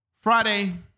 Friday